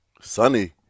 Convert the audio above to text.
sunny